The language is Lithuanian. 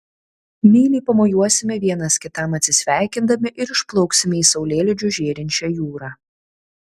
meiliai pamojuosime vienas kitam atsisveikindami ir išplauksime į saulėlydžiu žėrinčią jūrą